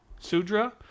Sudra –